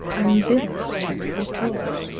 and bid us to repose.